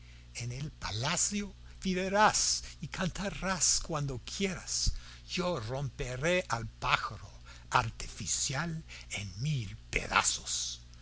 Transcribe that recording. en el palacio vivirás y cantarás cuando quieras yo romperé al pájaro artificial en mil pedazos